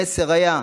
המסר היה: